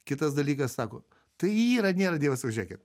kitas dalykas sako tai yra nėra dievas sakau žiūrėkit